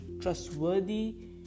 trustworthy